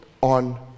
on